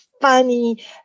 funny